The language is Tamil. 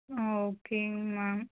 ஆ ஓகேங்க மேம்